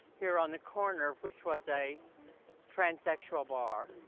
here on the corner, which was a transsexual bar.